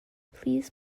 please